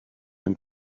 and